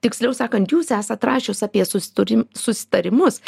tiksliau sakant jūs esat rašius apie susitori susitarimus